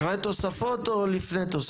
אחרי תוספות או לפני?